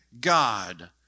God